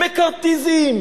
מקארתיזם,